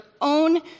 own